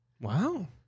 Wow